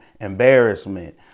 embarrassment